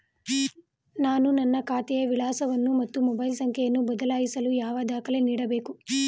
ನಾನು ನನ್ನ ಖಾತೆಯ ವಿಳಾಸವನ್ನು ಮತ್ತು ಮೊಬೈಲ್ ಸಂಖ್ಯೆಯನ್ನು ಬದಲಾಯಿಸಲು ಯಾವ ದಾಖಲೆ ನೀಡಬೇಕು?